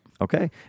Okay